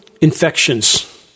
infections